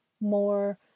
more